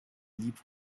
liebt